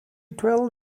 twelve